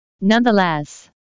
Nonetheless